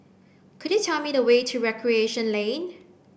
could you tell me the way to Recreation Lane